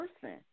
person